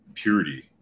purity